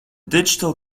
digital